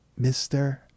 Mr